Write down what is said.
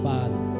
Father